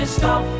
stop